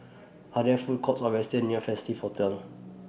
Are There Food Courts Or restaurants near Festive Hotel